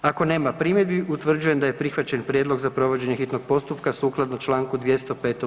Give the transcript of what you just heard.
Ako nema primjedbi utvrđujem da je prihvaćen prijedlog za provođenje hitnog postupka sukladno čl. 205.